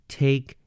take